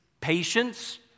Patience